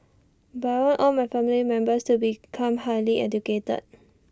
but I want all my family members to become highly educated